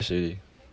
see